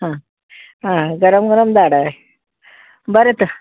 आं आं गरम गरम धाड हय बरें तर